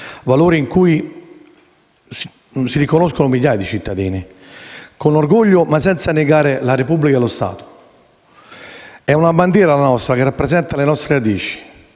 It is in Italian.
valori in cui si riconoscono migliaia di cittadini, con orgoglio, appunto, ma senza negare la Repubblica e lo Stato. È una bandiera che rappresenta le nostre radici,